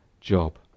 job